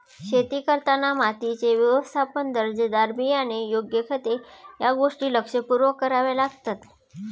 शेती करताना मातीचे व्यवस्थापन, दर्जेदार बियाणे, योग्य खते या गोष्टी लक्षपूर्वक कराव्या लागतात